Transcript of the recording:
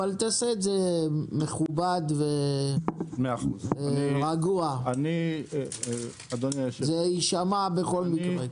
אבל תעשה את זה מכובד ורגוע, זה ישמע בכל מקרה.